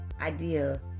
idea